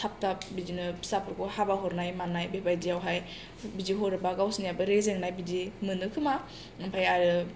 थाब थाब बिदिनो फिसाफोरखौ हाबा हरनाय मानाय बेबायदियावहाय बिदि हरोबा गावसिनाबो रेजेंनाय बिदि मोनो खोमा ओमफ्राय आरो